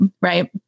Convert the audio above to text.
right